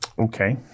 Okay